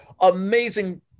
amazing